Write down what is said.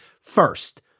First